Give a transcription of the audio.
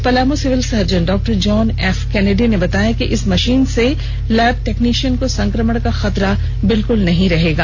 Palamu civil surgeon डॉ John F Kennedy ने बताया कि लैब टेक्नीशियन को संक्रमण का खतरा बिल्क्ल भी नहीं रहेगा